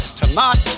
tonight